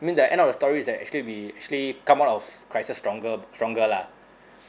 I mean the end of the story is that actually we actually come out of crises stronger stronger lah